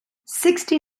sixty